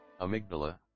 Amygdala